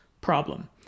problem